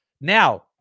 Now